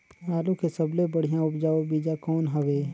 आलू के सबले बढ़िया उपजाऊ बीजा कौन हवय?